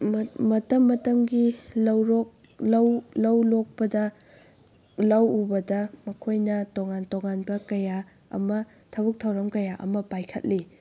ꯃꯇꯝ ꯃꯇꯝꯒꯤ ꯂꯧꯔꯣꯛ ꯂꯧ ꯂꯧ ꯂꯣꯛꯄꯗ ꯂꯧ ꯎꯕꯗ ꯃꯈꯣꯏꯅ ꯇꯣꯉꯥꯟ ꯇꯣꯉꯥꯟꯕ ꯀꯌꯥ ꯑꯃ ꯊꯕꯛ ꯊꯧꯔꯝ ꯀꯌꯥ ꯑꯃ ꯄꯥꯏꯈꯠꯂꯤ